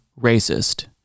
racist